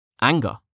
anger